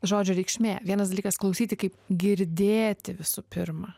žodžio reikšmė vienas dalykas klausyti kaip girdėti visų pirma